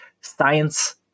Science